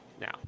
Now